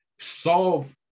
solve